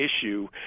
issue